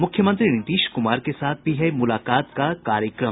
मुख्यमंत्री नीतीश कुमार के साथ भी है मुलाकात का कार्यक्रम